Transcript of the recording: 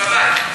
בבית.